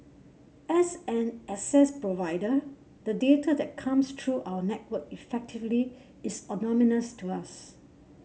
as an access provider the data that comes through our network effectively is anonymous to us